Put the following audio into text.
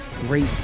great